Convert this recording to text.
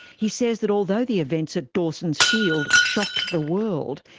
he says that although the events at dawson's field shocked the world,